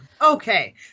Okay